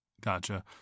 gotcha